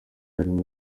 harimo